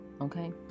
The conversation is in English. Okay